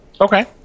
Okay